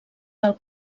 del